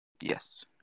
Yes